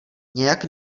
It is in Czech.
nějak